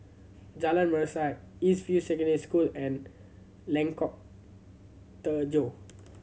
Jalan Mesra East View Secondary School and Lengkok Tujoh